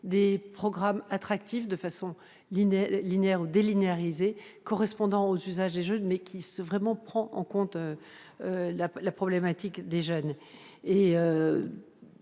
des programmes attractifs de façon linéaire ou délinéarisée, correspondant aux usages des jeunes et prenant véritablement en compte la problématique de ces